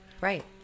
Right